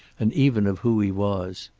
and even of who he was.